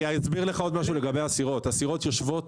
אני אסביר לך עוד משהו לגבי הסירות: הסירות יושבות